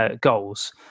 goals